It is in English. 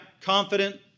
confident